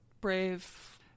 brave